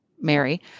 Mary